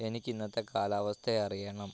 എനിക്ക് ഇന്നത്തെ കാലാവസ്ഥ അറിയണം